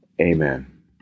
Amen